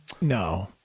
No